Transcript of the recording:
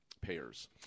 payers